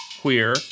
queer